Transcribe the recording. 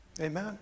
Amen